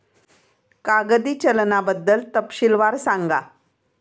कागदी चलनाबद्दल तपशीलवार सांगा